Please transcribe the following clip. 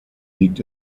liegt